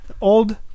old